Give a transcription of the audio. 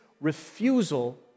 refusal